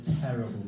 terrible